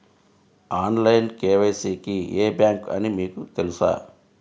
Online KYC కి ఏ bank అని మీకు తెలుసా?